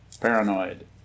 paranoid